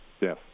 Yes